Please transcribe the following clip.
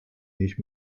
nicht